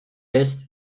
est